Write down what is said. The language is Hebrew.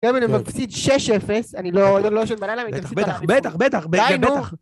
גם אם אני מפסיד 6-0, אני לא ישן בלילה אחרי. - בטח, בטח, בטח, בטח, בטח. - די נו!